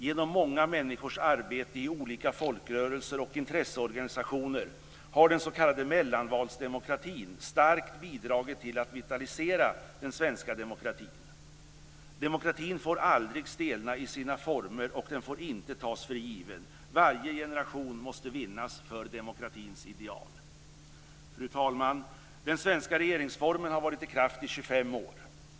Genom många människors arbete i olika folkrörelser och intresseorganisationer har den s.k. mellanvalsdemokratin starkt bidragit till att vitalisera den svenska demokratin. Demokratin får aldrig stelna i sina former, och den får inte tas för given. Varje generation måste vinnas för demokratins ideal. Fru talman! Den svenska regeringsformen har varit i kraft i 25 år.